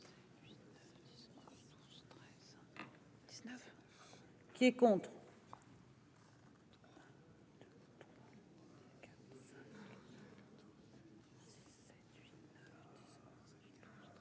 Qui est contre.